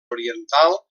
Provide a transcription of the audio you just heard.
oriental